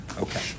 Okay